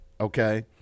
okay